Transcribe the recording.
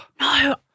No